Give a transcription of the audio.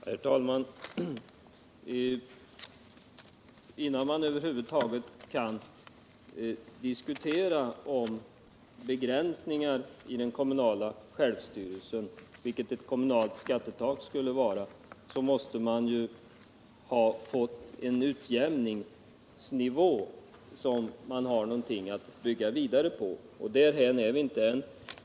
Herr talman! Innan man över huvud taget kan diskutera begränsningar i den kommunala självstyrelsen, vilket ett kommunalt skattetak skulle vara, måste man ha fått en jämnare nivå, så att man har något att bygga vidare på. Därhän har vi inte kommit än.